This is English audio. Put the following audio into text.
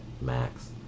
max